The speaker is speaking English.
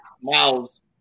Miles